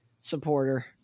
supporter